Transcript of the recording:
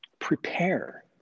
Prepare